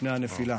לפני הנפילה.